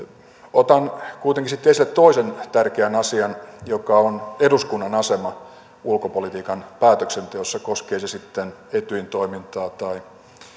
otan kuitenkin sitten esille toisen tärkeän asian joka on eduskunnan asema ulkopolitiikan päätöksenteossa koskee se sitten etyjin toimintaa tai